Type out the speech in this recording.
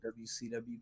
WCW